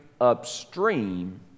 upstream